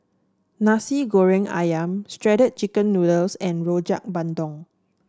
Nasi Goreng ayam Shredded Chicken Noodles and Rojak Bandung